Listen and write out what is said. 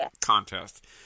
contest